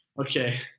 okay